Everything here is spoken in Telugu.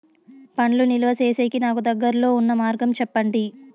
పండ్లు నిలువ సేసేకి నాకు దగ్గర్లో ఉన్న మార్గం చెప్పండి?